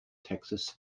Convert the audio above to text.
texas